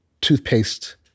toothpaste